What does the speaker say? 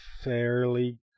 Fairly